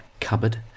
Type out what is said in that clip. cupboard